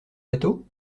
bateaux